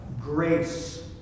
grace